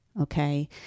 okay